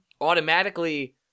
automatically